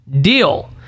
deal